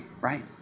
right